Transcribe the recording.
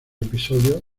episodios